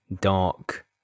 dark